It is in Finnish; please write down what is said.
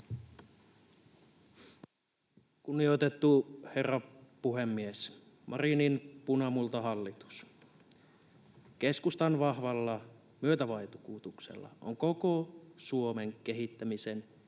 Kunnioitettu herra puhemies! Marinin punamultahallitus keskustan vahvalla myötävaikutuksella on koko Suomen kehittämisen ja